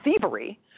thievery